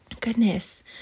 goodness